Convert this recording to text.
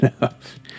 enough